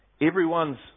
Everyone's